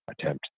attempt